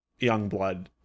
Youngblood